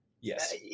Yes